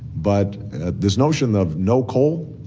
but this notion of no coal,